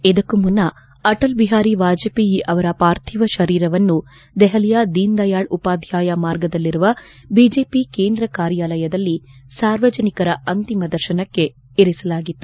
ಇದಕ್ಕೂ ಮುನ್ನ ಅಟಲ್ ಬಿಹಾರಿ ವಾಜಪೇಯಿ ಅವರ ಪಾರ್ಥಿವ ಶರೀರವನ್ನು ದೆಹಲಿಯ ದೀನ್ ದಯಾಳ್ ಉಪಾಧ್ವಾಯ ಮಾರ್ಗದಲ್ಲಿರುವ ಐಜೆಪಿ ಕೇಂದ್ರ ಕಾರ್ಯಾಲಯದಲ್ಲಿ ಸಾರ್ವಜನಿಕರ ಅಂತಿಮ ದರ್ಶನಕ್ಕೆ ಇರಿಸಲಾಗಿತ್ತು